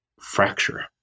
fracture